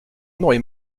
neue